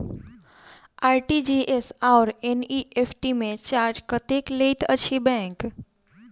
RTGS आओर NEFT मे charge कतेक लैत अछि बैंक?